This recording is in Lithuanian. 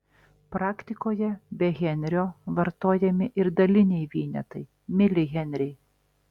praktikoje be henrio vartojami ir daliniai vienetai milihenriai